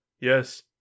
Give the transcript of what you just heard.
Yes